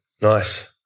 Nice